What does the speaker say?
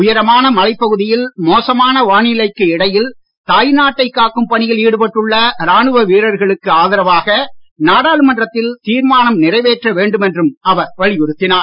உயரமான மலைப் பகுதியில் மோசமான வானிலைக்கு இடையில் தாய் நாட்டை காக்கும் பணியில் ஈடுபட்டுள்ள ராணுவ வீரர்களுக்கு ஆதரவாக நாடாளுமன்றத்தில் தீர்மானம் நிறைவேற்ற வேண்டும் என்றும் அவர் வலியுறுத்தினார்